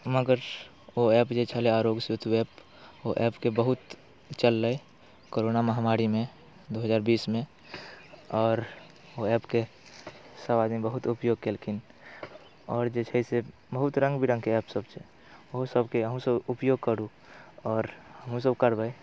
मगर ओ ऐप जे छलै आरोग्य सेतु ऐप ओ ऐपके बहुत चललै कोरोना महामारीमे दू हजार बीसमे आओर ओ ऐपके सब आदमी बहुत उपयोग केलखिन आओर जे छै से बहुत रङ्गबिरङ्गके ऐपसब छै ओहो सबके अहूँसब उपयोग करू आओर हमहूँसब करबै